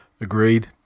Agreed